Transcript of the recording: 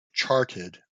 charted